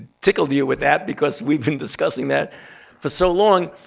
tickled you with that, because we've been discussing that for so long.